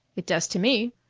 it does to me.